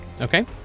okay